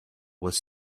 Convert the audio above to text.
was